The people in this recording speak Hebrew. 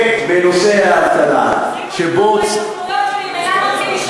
תפסיקו לתת להתנחלויות שממילא נוציא את כולן משם.